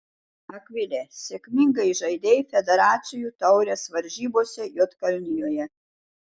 akvile sėkmingai žaidei federacijų taurės varžybose juodkalnijoje